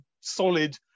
solid